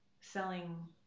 selling